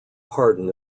pardon